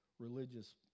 Religious